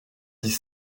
dix